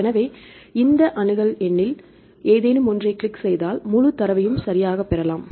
எனவே இந்த அணுகல் எண்ணில் ஏதேனும் ஒன்றைக் கிளிக் செய்தால் முழு தரவையும் சரியாகப் பெறலாம்